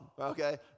okay